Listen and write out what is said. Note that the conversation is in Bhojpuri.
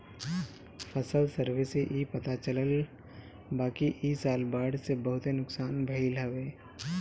फसल सर्वे से इ पता चलल बाकि इ साल बाढ़ से बहुते नुकसान भइल हवे